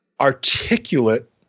articulate